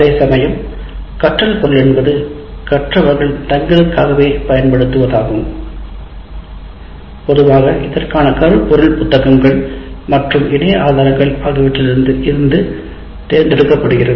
அதேசமயம் கற்றல் பொருள் என்பது கற்றவர்கள் தங்களுக்காகவே பயன்படுத்துவதாகும் பொதுவாக இதற்கான கருப்பொருள்புத்தகங்கள் மற்றும் இணைய ஆதாரங்கள் ஆகியவற்றில் இருந்து தேர்ந்தெடுக்கப்படுகிறது